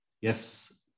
yes